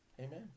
Amen